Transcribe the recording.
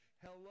hello